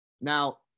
Now